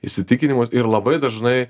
įsitikinimus ir labai dažnai